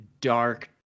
dark